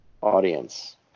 audience